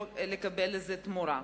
קבלת תמורה.